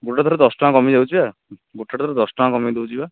ଗୋଟେ ପୂରା ଦଶ ଟଙ୍କା କମିଯାଉଛି ବା ଗୋଟେ ଥରେ ଦଶ ଟଙ୍କା କମେଇ ଦେଉଛି ବା